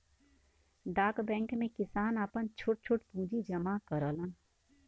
डाक बैंक में किसान आपन छोट छोट पूंजी जमा करलन